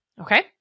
Okay